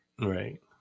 Right